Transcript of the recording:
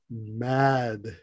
mad